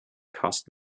cost